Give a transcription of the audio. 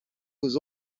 vos